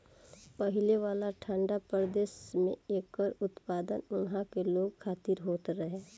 पहिले वाला ठंडा प्रदेश में एकर उत्पादन उहा के लोग खातिर होत रहे